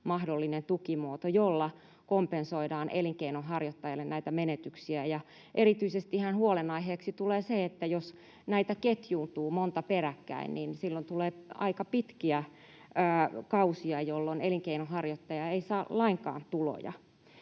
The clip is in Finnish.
mahdollinen tukimuoto, jolla kompensoidaan elinkeinonharjoittajille näitä menetyksiä. Erityisestihän huolenaiheeksi tulee se, että jos näitä ketjuuntuu monta peräkkäin, niin silloin tulee aika pitkiä kausia, jolloin elinkeinonharjoittaja ei saa lainkaan tuloja.